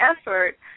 effort